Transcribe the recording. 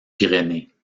pyrénées